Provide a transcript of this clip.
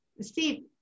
Steve